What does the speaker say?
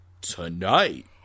tonight